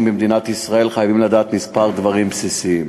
במדינת ישראל חייבים לדעת כמה דברים בסיסיים: